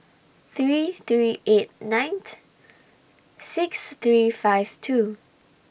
three three eight nine six three five two